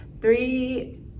three